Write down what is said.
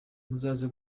muzaze